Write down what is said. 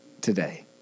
today